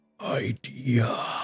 idea